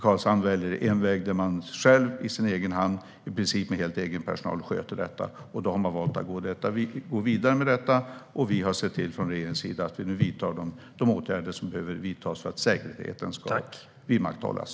Karlshamn väljer en väg där man själv, i sin egen hamn och i princip med helt egen personal, sköter detta. Man har valt att gå vidare med detta, och vi har från regeringens sida sett till att vidta de åtgärder som behövs för att säkerheten ska vidmakthållas.